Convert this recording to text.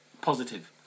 positive